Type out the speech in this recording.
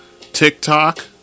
TikTok